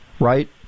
Right